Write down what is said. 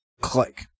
click